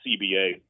CBA